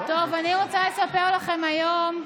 הבריחה שלך היא פחדנות,